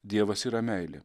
dievas yra meilė